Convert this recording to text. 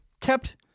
kept